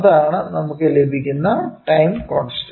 ഇതാണ് നമുക്ക് ലഭിക്കുന്ന ടൈം കോൺസ്റ്റന്റ്